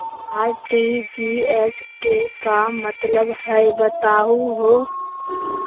RTGS के का मतलब हई, बताहु हो?